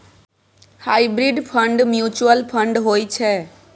hybrid fund mutual fund होइ छै